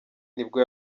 nibwo